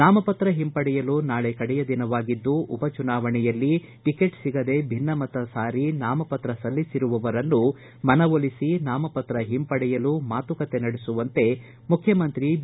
ನಾಮಪತ್ರ ಹಿಂಪಡೆಯಲು ನಾಳೆ ಕಡೆಯ ದಿನವಾಗಿದ್ದು ಉಪಚುನಾವಣೆಯಲ್ಲಿ ಟಿಕೆಟ್ ಸಿಗದೆ ಭಿನ್ನಮತ ಸಾರಿ ನಾಮಪತ್ರ ಸಲ್ಲಿಸಿರುವವರನ್ನು ಮನವೊಲಿಸಿ ನಾಮಪತ್ರ ಹಿಂಪಡೆಯಲು ಮಾತುಕತೆ ನಡೆಸುವಂತೆ ಮುಖ್ಯಮಂತ್ರಿ ಬಿ